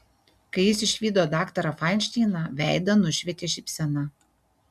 kai jis išvydo daktarą fainšteiną veidą nušvietė šypsena